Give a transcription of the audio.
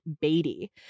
Beatty